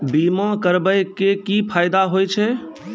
बीमा करबै के की फायदा होय छै?